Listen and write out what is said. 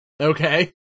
Okay